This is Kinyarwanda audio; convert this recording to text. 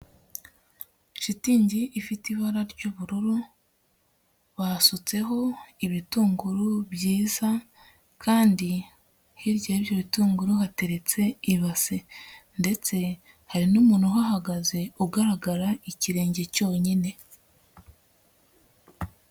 Shitingi ifite ibara ry'ubururu, basutseho ibitunguru byiza kandi hirya y'ibyo bitunguru hateretse ibase ndetse hari n'umuntu uhahagaze, ugaragara ikirenge cyonyine.